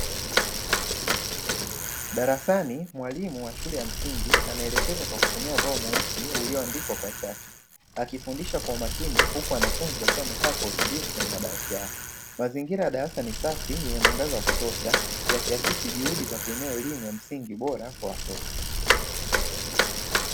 Darasani mwalimu wa shule ya msingi anaelekeza kwa kutumia ubao mweusi ulioandikwa kwa chaki, akifundisha kwa umakini huku wanafunzi wakiwa wamekaa kwa utulivu kwenye madawati yao, mazingira ya darasa ni safi yenye mwangaza wa kutosha yakiakisi juhudi za kuinua elimu ya msingi bora kwa watoto.